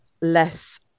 less